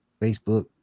Facebook